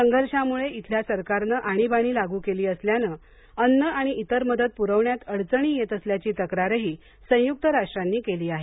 संघर्षामुळं इथल्या सरकारनं आणीबाणी लागू केली असल्यानं अन्न आणि इतर मदत पुरवण्यात अडचणी येत असल्याची तक्रारही संयुक्त राष्ट्रांनी केली आहे